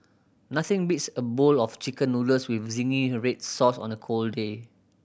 nothing beats a bowl of Chicken Noodles with zingy red sauce on a cold day